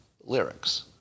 lyrics